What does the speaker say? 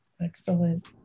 excellent